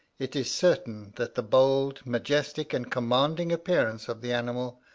it is certain that the bold, majestic, and commanding appearance of the animal,